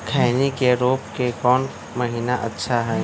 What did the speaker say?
खैनी के रोप के कौन महीना अच्छा है?